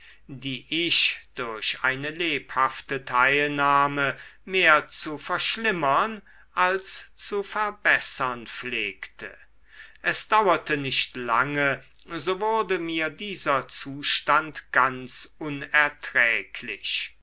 die ich durch eine lebhafte teilnahme mehr zu verschlimmern als zu verbessern pflegte es dauerte nicht lange so wurde mir dieser zustand ganz unerträglich